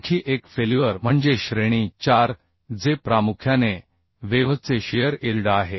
आणखी एक फेल्युअर म्हणजे श्रेणी 4 जे प्रामुख्याने वेव्ह चे शिअर इल्ड आहे